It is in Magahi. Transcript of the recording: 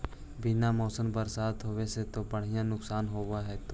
बिन मौसम बरसतबा से तो बढ़िया नुक्सान होब होतै?